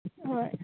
हय